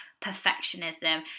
perfectionism